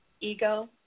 ego